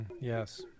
Yes